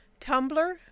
Tumblr